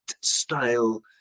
style